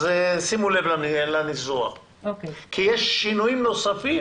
אז שימו לב לניסוח כי יש שינויים נוספים